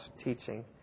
teaching